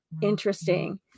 interesting